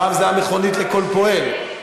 פעם זה היה מכונית לכל פועל,